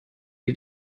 die